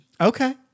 Okay